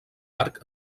arc